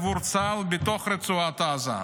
עבור צה"ל, בתוך רצועת עזה.